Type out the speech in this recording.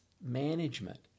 management